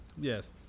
yes